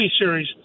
series